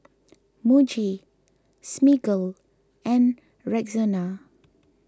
Muji Smiggle and Rexona